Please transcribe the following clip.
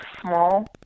small